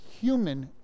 human